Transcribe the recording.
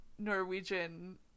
Norwegian